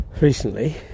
recently